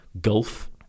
gulf